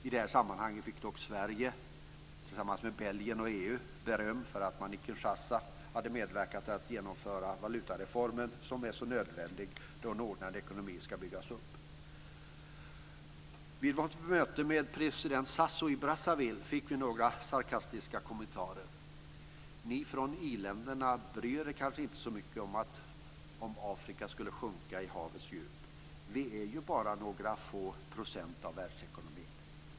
I det här sammanhanget fick dock Sverige, tillsammans Belgien och EU, beröm för att man i Kinshasa medverkat till att genomföra valutareformen som är nödvändig då en ordnad ekonomi ska byggas upp. Vid vårt möte med president Sassou i Brazzaville fick vi några sarkastiska kommentarer: Ni från iländerna bryr er kanske inte så mycket om ifall Afrika sjunker i havets djup - vi är ju bara några få procent av världsekonomin.